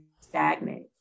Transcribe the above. stagnant